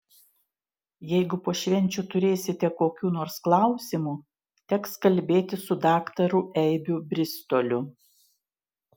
jeigu po švenčių turėsite kokių nors klausimų teks kalbėtis su daktaru eibių bristoliu